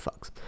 fucks